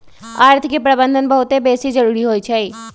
अर्थ के प्रबंधन बहुते बेशी जरूरी होइ छइ